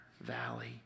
valley